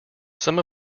some